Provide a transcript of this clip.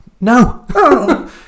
No